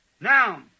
Now